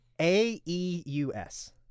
A-E-U-S